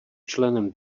členem